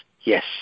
yes